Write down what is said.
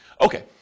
Okay